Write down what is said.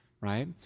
right